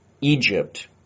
Egypt